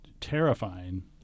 terrifying